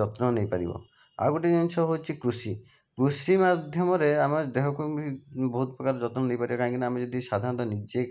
ଯତ୍ନ ନେଇପାରିବ ଆଉ ଗୋଟିଏ ଜିନିଷ ହେଉଛି କୃଷି କୃଷି ମାଧ୍ୟମରେ ଆମ ଦେହକୁ ବହୁତ ପ୍ରକାର ଯତ୍ନ ନେଇପାରିବା କାହିଁକିନା ଆମେ ଯଦି ସାଧାରଣତଃ ନିଜେ